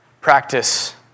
practice